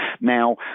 Now